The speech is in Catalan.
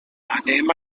anem